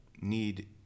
need